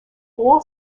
all